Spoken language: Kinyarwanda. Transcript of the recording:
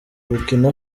burkina